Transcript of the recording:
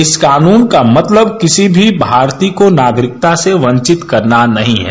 इस कानून का मतलब किसी भी भारतीय को नागरिकता से वंचित करना नहीं है